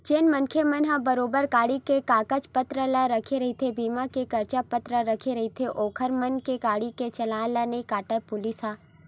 जेन मनखे मन ह बरोबर गाड़ी के कागज पतर ला रखे रहिथे बीमा के कागज पतर रखे रहिथे ओखर मन के गाड़ी के चलान ला नइ काटय पुलिस ह